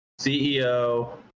CEO